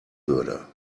würde